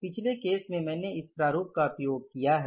पिछले केस में मैंने इस प्रारूप का उपयोग किया है